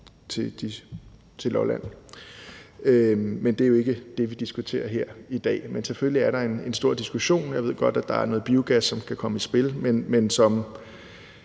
til Lolland, men det er jo ikke det, vi diskuterer her i dag, men selvfølgelig er der en stor diskussion – jeg ved godt, at der er noget biogas, som kan komme i spil – som